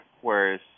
whereas